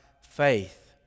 faith